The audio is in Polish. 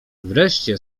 wreszcie